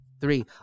three